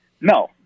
No